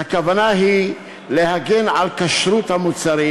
"הכוונה היא להגן על כשרות המוצרים.